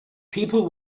people